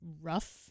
rough